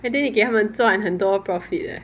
and then you 给他们赚很多 profit leh